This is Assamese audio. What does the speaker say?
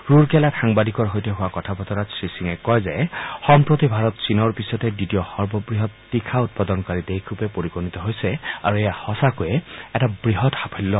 ৰুৰকেলাত সাংবাদিকৰ সৈতে হোৱা কথা বতৰাত শ্ৰীসিঙে কয় যে সম্প্ৰতি ভাৰত চীনৰ পিছতে দ্বিতীয় সৰ্ববৃহৎ তীখা উৎপাদনকাৰী দেশৰূপে পৰিগণিত হৈছে আৰু এয়া সচাকৈয়ে এটা বৃহৎ সাফল্য